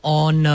on